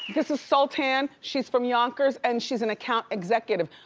this is sultan. she's from yonkers and she's an account executive.